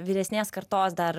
vyresnės kartos dar